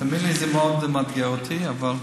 תאמין לי, זה מאוד מאתגר אותי, אבל,